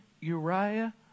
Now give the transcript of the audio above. Uriah